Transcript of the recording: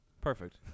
Perfect